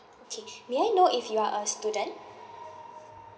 okay may I know if you are a student